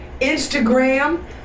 Instagram